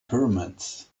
pyramids